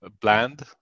bland